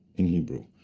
in hebrew,